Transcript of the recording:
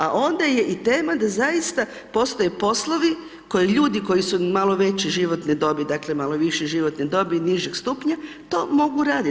A onda je i tema, da zaista postoje poslovi, koji ljudi koji su malo veće životne dobi, dakle, malo više životne dobi i nižeg stupanja, to mogu raditi.